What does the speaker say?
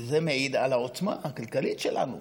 וזה מעיד על העוצמה הכלכלית שלנו.